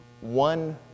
one